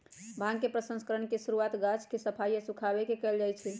भांग के प्रसंस्करण के शुरुआत गाछ के सफाई आऽ सुखाबे से कयल जाइ छइ